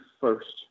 first